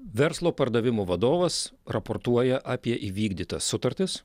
verslo pardavimų vadovas raportuoja apie įvykdytas sutartis